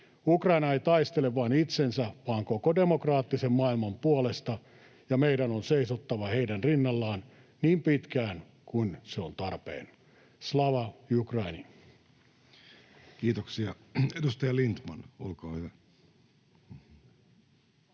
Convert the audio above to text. Ukraina ei taistele vain itsensä vaan koko demokraattisen maailman puolesta, ja meidän on seisottava heidän rinnallaan niin pitkään kuin se on tarpeen. Slava Ukraini! Kiitoksia. — Edustaja Lindtman, olkaa hyvä.